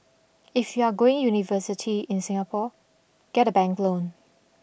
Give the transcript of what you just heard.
if you're going university in Singapore get a bank loan